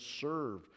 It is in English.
serve